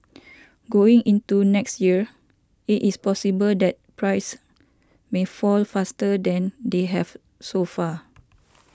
going into next year it is possible that prices may fall faster than they have so far